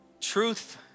Truth